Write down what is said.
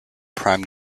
prime